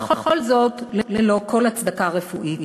וכל זאת ללא כל הצדקה רפואית.